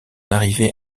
arrivée